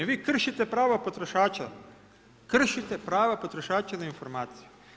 Vi kršite prava potrošača, kršite prava potrošača na informacije.